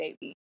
baby